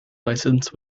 license